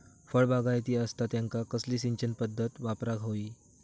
फळबागायती असता त्यांका कसली सिंचन पदधत वापराक होई?